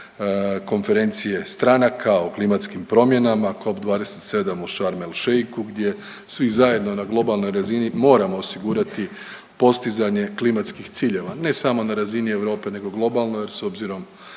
konferencije stranaka o klimatskim promjenama COP27 u Sharm el Sheikhu gdje svi zajedno na globalnoj razini moramo osigurati postizanje klimatskih ciljeva ne samo na razini Europe nego globalno jer s obzirom